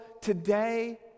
today